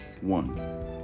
One